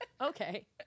Okay